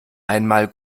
einmal